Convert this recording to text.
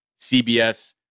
CBS